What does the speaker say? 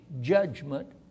judgment